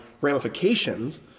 ramifications